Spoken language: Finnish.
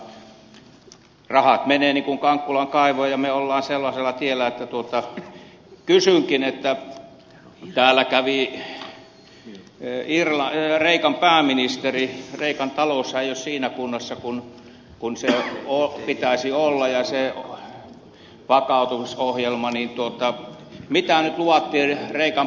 rahat menevät kuin kankkulan kaivoon ja me olemme sellaisella tiellä että kysynkin kun täällä kävi kreikan pääministeri kreikan taloushan ei ole siinä kunnossa kuin sen pitäisi olla eikä se vakautumisohjelma mitä nyt luvattiin kreikan pääministerille